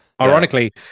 Ironically